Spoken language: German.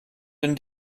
den